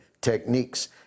techniques